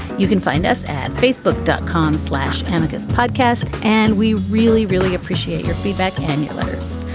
you can find us at facebook dot com, slash tamika's podcast. and we really, really appreciate your feedback and your letters.